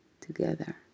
together